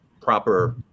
proper